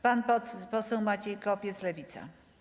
Pan poseł Maciej Kopiec, Lewica.